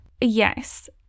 Yes